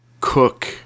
cook